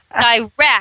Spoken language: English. direct